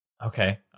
Okay